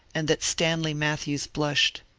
and that stanley mat thews blushed.